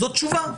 זאת תשובה.